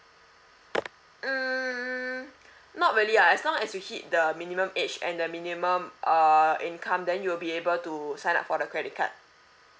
um not really ah as long as you hit the minimum age and the minimum uh income then you'll be able to sign up for the credit card